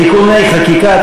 (תיקוני חקיקה),